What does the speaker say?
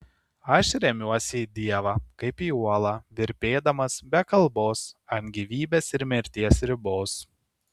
aš remiuosi į dievą kaip į uolą virpėdamas be kalbos ant gyvybės ir mirties ribos